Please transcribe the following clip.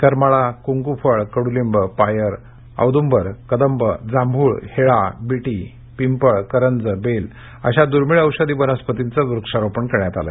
करमाळा क्रंक् फळ कड्रलिंब पायर औद्दंबर कदंब जांभूळ हेळा बिटी पिंपळ करंज बेल अशा दूर्मीळ औषधी वनस्पतीचं वृक्षारोपण करण्यात आलं